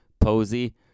Posey